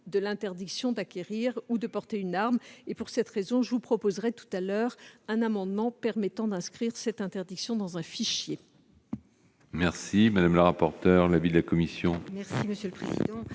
de l'interdiction d'acquérir ou de porter une arme. C'est pour cette raison que je vous proposerai tout à l'heure un amendement permettant d'inscrire cette interdiction dans un fichier.